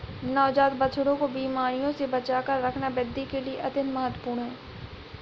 नवजात बछड़ों को बीमारियों से बचाकर रखना वृद्धि के लिए अत्यंत महत्वपूर्ण है